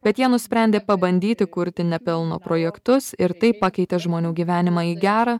bet jie nusprendė pabandyti kurti nepelno projektus ir taip pakeitė žmonių gyvenimą į gerą